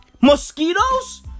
Mosquitoes